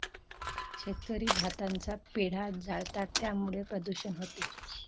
शेतकरी भाताचा पेंढा जाळतात त्यामुळे प्रदूषण होते